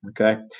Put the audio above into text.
Okay